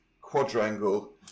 quadrangle